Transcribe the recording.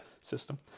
system